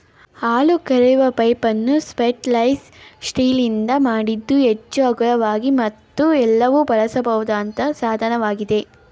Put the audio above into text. ಹಾಲು ಕರೆಯುವ ಪೈಪನ್ನು ಸ್ಟೇನ್ಲೆಸ್ ಸ್ಟೀಲ್ ನಿಂದ ಮಾಡಿದ್ದು ಹೆಚ್ಚು ಹಗುರವಾಗಿ ಮತ್ತು ಎಲ್ಲರೂ ಬಳಸಬಹುದಾದಂತ ಸಾಧನವಾಗಿದೆ